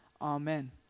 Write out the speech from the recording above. Amen